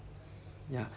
yeah